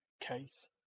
case